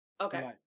okay